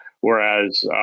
Whereas